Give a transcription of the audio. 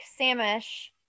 Samish